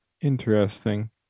Interesting